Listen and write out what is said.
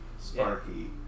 Sparky